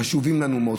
חשובים לנו מאוד,